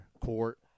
court